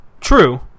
true